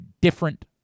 different